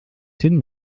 tin